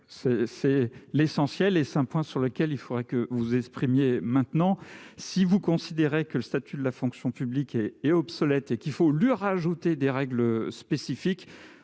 c'est l'essentiel est-ce un point sur lequel il faudra que vous exprimiez maintenant, si vous considérez que le statut de la fonction publique est obsolète et qu'il faut lui rajouter des règles spécifiques,